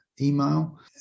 email